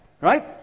right